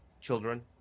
Children